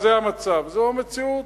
זה המצב, זו המציאות.